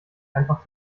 einfach